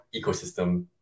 ecosystem